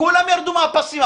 כולם ירדו מהפסים,